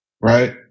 right